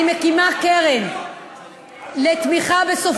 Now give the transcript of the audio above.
אני מקימה קרן לתמיכה בסופרים.